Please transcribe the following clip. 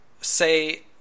say